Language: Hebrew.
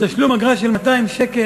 תשלום אגרה של 200 שקל?